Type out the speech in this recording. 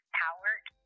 powered